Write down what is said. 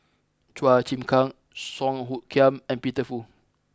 Chua Chim Kang Song Hoot Kiam and Peter Fu